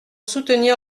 soutenir